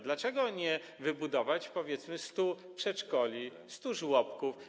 Dlaczego nie wybudować, powiedzmy, 100 przedszkoli, 100 żłobków?